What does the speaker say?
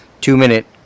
two-minute